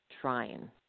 trying